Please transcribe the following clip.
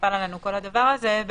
כשנפל עלינו כל הדבר הזה,